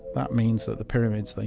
that means that the pyramids,